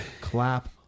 clap